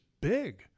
big